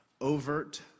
overt